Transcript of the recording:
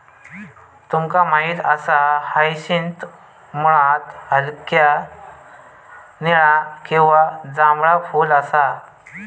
तुमका माहित असा हायसिंथ मुळात हलक्या निळा किंवा जांभळा फुल असा